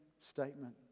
statement